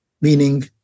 meaning